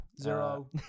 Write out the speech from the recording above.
Zero